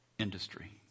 Industry